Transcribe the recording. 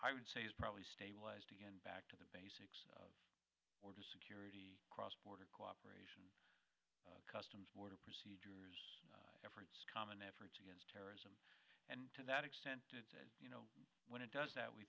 i would say is probably stabilized again back to the basics border security cross border cooperation customs border procedures efforts common efforts against terrorism and to that extent you know when it does that we